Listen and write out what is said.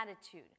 attitude